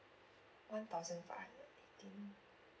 one thousand five hundred eighteen